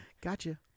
gotcha